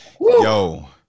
yo